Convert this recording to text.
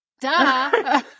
Duh